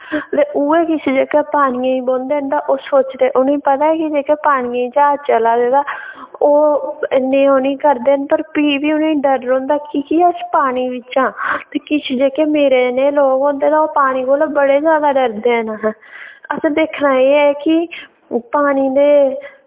ते उ'ऐ किश जेह्का पानियै च बौंह्दे न ते ओह् सोचदे उ'नेंगी पता ई कि जेह्के पानियै ई ज्हाज चला दे तां ओह् इन्ने ओह् निं करदे पर भी बी उ'नें ई डर रौंह्दा कि के अस पानी बिच्च आं ते किश जेह्के मेरे जनेह् लोग होंदे तां ओह् पानी कोला बड़े जादा डरदे न असें दिक्खना एह् ऐ कि ओह् पानी दे